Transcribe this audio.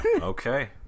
Okay